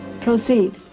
Proceed